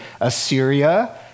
Assyria